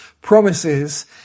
promises